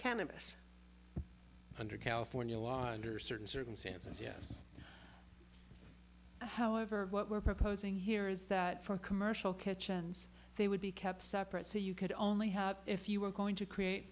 cannabis under california law under certain circumstances yes however what we're proposing here is that for commercial kitchens they would be kept separate so you could only have if you were going to create